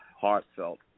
heartfelt